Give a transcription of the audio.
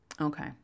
Okay